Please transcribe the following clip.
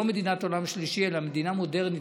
מדינת עולם שלישי אלא מדינה מודרנית,